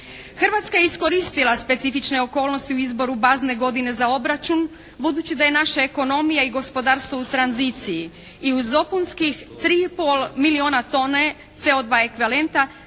Hrvatska je iskoristila specifične okolnosti u izboru bazne godine za obračun budući da je naša ekonomija i gospodarstvo u tranziciji i uz dopunskih 3 i pol milijona tone CO2 ekvalenta